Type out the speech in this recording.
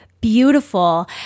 Beautiful